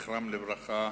זכרם לברכה,